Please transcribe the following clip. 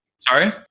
Sorry